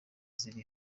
ziri